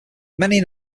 many